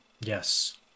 Yes